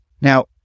Now